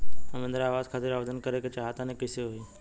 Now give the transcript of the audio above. हम इंद्रा आवास खातिर आवेदन करे क चाहऽ तनि कइसे होई?